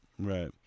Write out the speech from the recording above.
Right